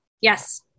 Yes